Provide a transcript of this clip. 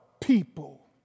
people